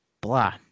blah